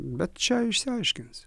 bet čia išsiaiškins